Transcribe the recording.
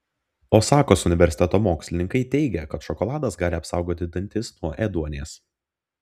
osakos universiteto mokslininkai teigia kad šokoladas gali apsaugoti dantis nuo ėduonies